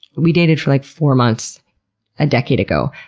we dated for, like, four months a decade ago.